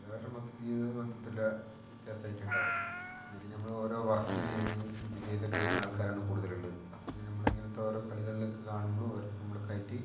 വേറെ മൊത്തം ജീവിതം മൊത്തത്തിൽ വ്യത്യാസമായിട്ടുണ്ടാകും എന്ന് വെച്ചിട്ടുണ്ടെങ്കിൽ നമ്മൾ ഓരോ വർക്ക് ചെയ്യുന്നത് ഇത് ചെയ്തൊക്കെ വരുന്ന ആൾക്കാരാണ് കൂടുതൽ ഉള്ളത് അപ്പം ഇനി നമ്മളിങ്ങനത്തെ ഓരോ കളികളിൽ ഒക്കെ കാണുമ്പോഴും ഉറപ്പ് നമ്മളൊക്കെയായിട്ട്